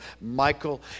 Michael